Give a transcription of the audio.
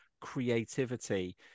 creativity